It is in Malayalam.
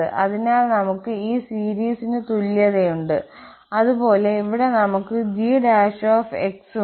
അതിനാൽ നമുക്ക് ഈ സീരിസിന് തുല്യതയുണ്ട് അതുപോലെ ഇവിടെ നമുക്ക് g ഉണ്ട്